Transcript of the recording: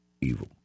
evil